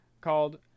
called